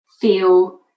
feel